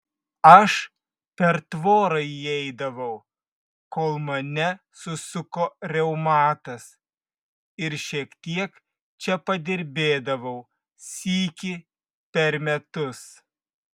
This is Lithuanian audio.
aš per tvorą įeidavau kol mane susuko reumatas ir šiek tiek čia padirbėdavau sykį per metus